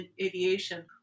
aviation